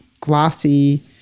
glossy